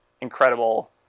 incredible